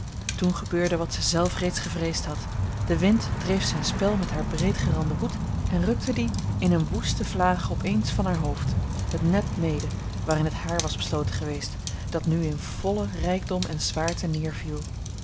toen gebeurde wat zij zelve reeds gevreesd had de wind dreef zijn spel met haar breedgeranden hoed en rukte dien in eene woeste vlaag op eens van haar hoofd het net mede waarin het haar was besloten geweest dat nu in vollen rijkdom en zwaarte